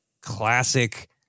classic